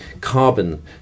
carbon